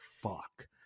fuck